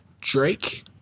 Drake